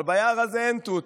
אבל ביער הזה אין תות.